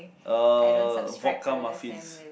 uh vodka muffins